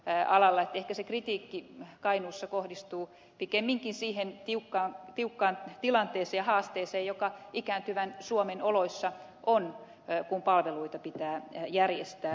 ehkä se kritiikki kainuussa kohdistuu pikemminkin siihen tiukkaan tilanteeseen ja haasteeseen joka ikääntyvän suomen oloissa on kun palveluita pitää järjestää